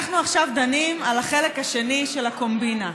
אנחנו עכשיו דנים על החלק השני של הקומבינה,